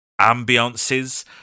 ambiances